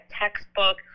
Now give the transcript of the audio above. textbook